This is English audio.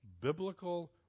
biblical